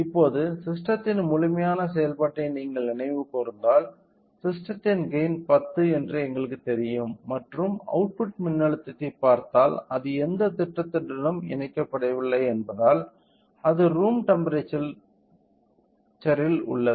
இப்போது ஸிஸ்டத்தின் முழுமையான செயல்பாட்டை நீங்கள் நினைவுகூர்ந்தால் ஸிஸ்டத்தின் கெய்ன் 10 என்று எங்களுக்குத் தெரியும் மற்றும் அவுட்புட் மின்னழுத்தத்தைப் பார்த்தால் அது எந்தத் திட்டத்துடனும் இணைக்கப்படவில்லை என்பதால் அது ரூம் டெம்ப்பெரேச்சர்ரில் உள்ளது